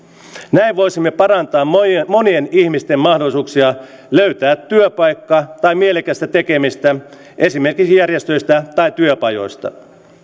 näin voisimme parantaa monien monien ihmisten mahdollisuuksia löytää työpaikka tai mielekästä tekemistä esimerkiksi järjestöistä tai työpajoista